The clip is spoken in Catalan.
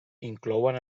inclouen